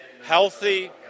Healthy